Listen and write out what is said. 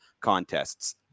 contests